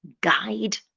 guide